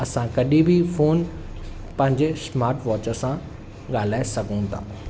त असां कॾहिं बि फ़ोन पंहिंजे स्मार्ट वॉच सां ॻाल्हाए सघूं था